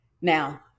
Now